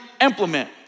implement